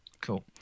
Cool